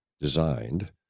designed